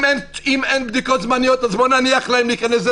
אם אין בדיקות זמניות, אז נניח להם להיכנס.